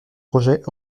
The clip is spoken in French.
projet